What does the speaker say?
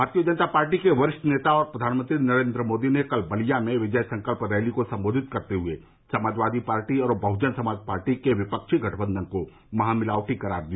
भारतीय जनता पार्टी के वरिष्ठ नेता और प्रधानमंत्री नरेंद्र मोदी ने कल बलिया में विजय सकल्प रैली को संबोधित करते हुए समाजवादी पार्टी और बहुजन समाज पार्टी के विपक्षी गठबंधन को महामिलावटी करार दिया